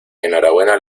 enhorabuena